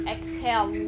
Exhale